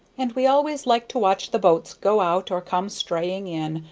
and we always liked to watch the boats go out or come straying in,